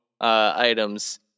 items